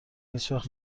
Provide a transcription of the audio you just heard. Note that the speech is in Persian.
هیچوقت